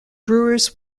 brewers